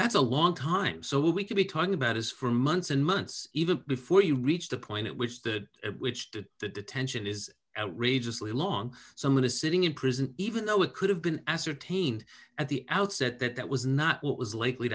that's a long time so we could be talking about is for months and months even before you reach the point at which that which did the detention is outrageously long someone is sitting in prison even though it could have been ascertained at the outset that that was not what was likely